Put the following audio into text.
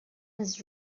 had